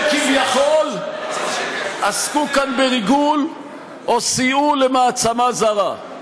כביכול עסקו כאן בריגול או סייעו למעצמה זרה.